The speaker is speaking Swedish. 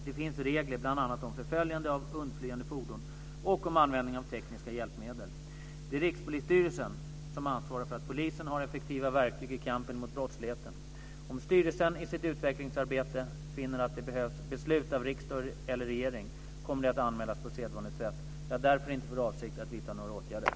Där finns regler bl.a. om förföljande av undflyende fordon och om användningen av tekniska hjälpmedel. Det är Rikspolisstyrelsen som ansvarar för att polisen har effektiva verktyg i kampen mot brottsligheten. Om styrelsen i sitt utvecklingsarbete finner att det behövs beslut av riksdag eller regering kommer det att anmälas på sedvanligt sätt. Jag har därför inte för avsikt att vidta några åtgärder.